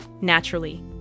Naturally